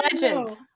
legend